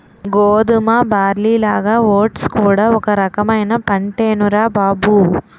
గోధుమ, బార్లీలాగా ఓట్స్ కూడా ఒక రకమైన పంటేనురా బాబూ